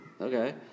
Okay